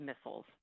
missiles